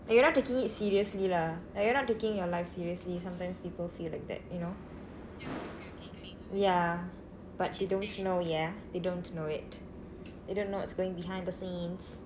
you're not taking it seriously lah like you're not taking your life seriously sometimes people feel like that you know ya but they don't know ya they don't know it they don't know what's going behind the scenes